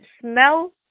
smell